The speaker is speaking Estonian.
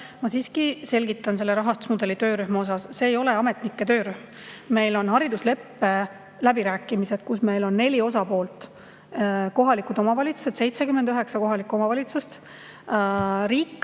Ma siiski selgitan selle rahastusmudeli töörühma kohta, see ei ole ametnike töörühm. Meil on haridusleppe läbirääkimised, kus on neli osapoolt. On kohalikud omavalitsused, 79 kohalikku omavalitsust, on riik